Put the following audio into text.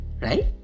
right